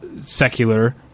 secular